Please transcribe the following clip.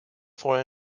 for